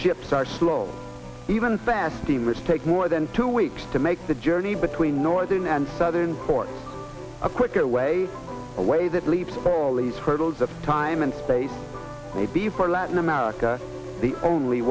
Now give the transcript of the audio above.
ships are slow even fast emerge take more than two weeks to make the journey between northern and southern ports a quicker way a way that leaves all these hurdles of time and space maybe for latin america the only